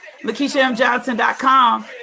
LakeishaMJohnson.com